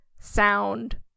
sound